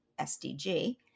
SDG